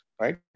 right